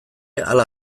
hala